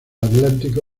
atlántico